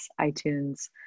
iTunes